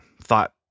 thought